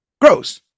gross